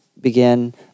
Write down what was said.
begin